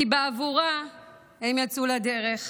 כי בעבורה הם יצאו לדרך,